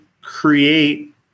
create